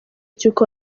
cy’uko